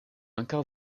ankaŭ